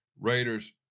Raiders